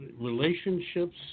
relationships